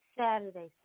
Saturday